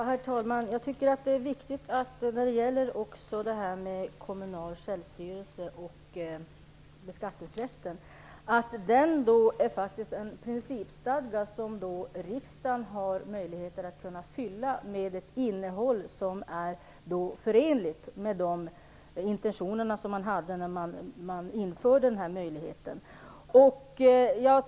Herr talman! Jag tycker att det är viktigt att beträffande den kommunala självstyrelsen och beskattningsrätten komma ihåg att det är en principstadga som riksdagen har möjlighet att fylla med ett innehåll som är förenligt med de intentioner som man hade när man införde den här möjligheten.